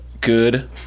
good